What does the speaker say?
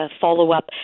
follow-up